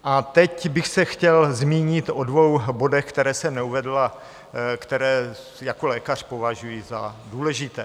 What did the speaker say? A teď bych se chtěl zmínit o dvou bodech, které jsem neuvedl a které jako lékař považuji za důležité.